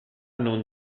non